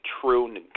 true